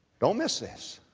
don't miss this.